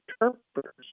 interpreters